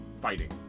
fighting